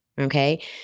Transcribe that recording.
okay